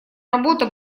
работа